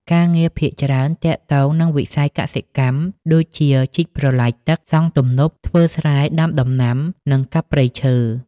ការងារភាគច្រើនទាក់ទងនឹងវិស័យកសិកម្ម ដូចជា ជីកប្រឡាយទឹក សង់ទំនប់ ធ្វើស្រែ ដាំដំណាំ និង កាប់ព្រៃឈើ។